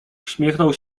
uśmiechnął